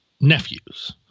nephews